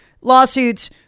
lawsuits